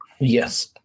Yes